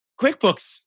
QuickBooks